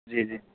جی جی